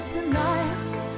Tonight